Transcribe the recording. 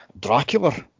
Dracula